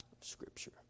Scripture